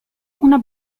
una